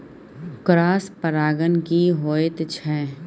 Cross परागण की होयत छै?